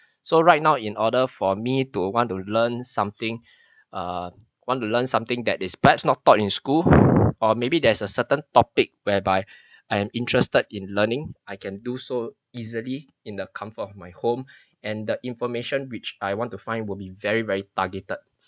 so right now in order for me to want to learn something ah want to learn something that is perhaps not taught in school or maybe there's a certain topic whereby I am interested in learning I can do so easily in the comfort of my home and the information which I want to find will be very very targeted